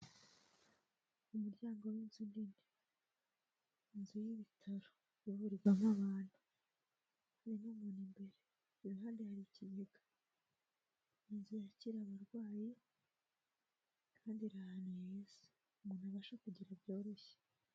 Umuryango w'inzu nini, inzu y'ibitaro ivurirwamo abantu, irimo umuntu imbere, iruhande hari ikigega, inzu yakira abarwayi kandi ira ahantu heza, umuntu yabasha kugera byoroshye.